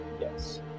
Yes